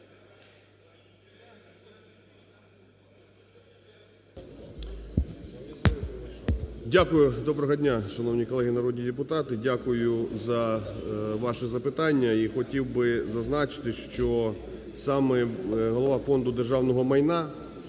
Дякую за ваше запитання і хотів би зазначити, що саме голова Фонду державного майна